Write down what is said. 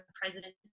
president